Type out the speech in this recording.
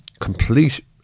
complete